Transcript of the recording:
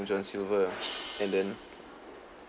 john's silver and then